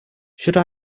should